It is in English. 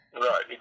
Right